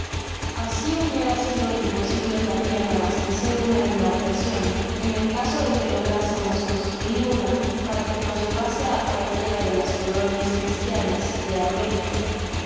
asi hubiera sido imposible tam bien abastecer una embarcacion en el caso de que lográsemos construir una para que nos llevase á cualquiera de las colonias cristianas de américa